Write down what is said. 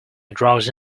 drowsy